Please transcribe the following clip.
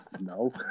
no